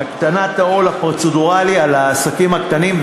הקטנת העול הפרוצדורלי על העסקים הקטנים.